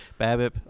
BABIP